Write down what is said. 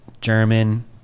german